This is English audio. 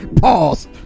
Pause